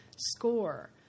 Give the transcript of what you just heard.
Score